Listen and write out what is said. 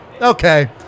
okay